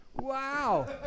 wow